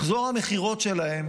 מחזור המכירות שלהם